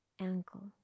ankle